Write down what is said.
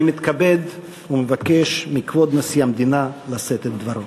אני מתכבד ומבקש מכבוד נשיא המדינה לשאת את דברו.